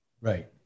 Right